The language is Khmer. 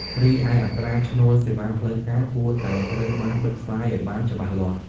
រីឯ អត្រាឈ្នួលសេវាផ្លូវការ គួរតែត្រូវបានបិទផ្សាយឱ្យបានច្បាស់លាស់។